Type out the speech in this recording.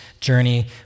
journey